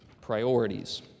priorities